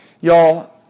Y'all